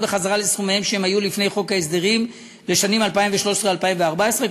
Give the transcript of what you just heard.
חזרה לסכומיהן שהיו לפני חוק ההסדרים לשנים 2013 2014,